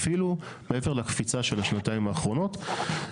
אפילו מעבר לקפיצה של השנתיים האחרונות.